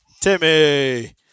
Timmy